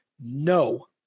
no